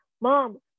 mom